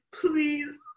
please